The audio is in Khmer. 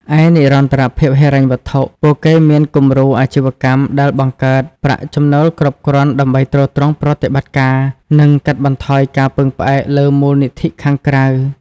ឯនិរន្តរភាពហិរញ្ញវត្ថុ ពួកគេមានគំរូអាជីវកម្មដែលបង្កើតប្រាក់ចំណូលគ្រប់គ្រាន់ដើម្បីទ្រទ្រង់ប្រតិបត្តិការ និងកាត់បន្ថយការពឹងផ្អែកលើមូលនិធិខាងក្រៅ ។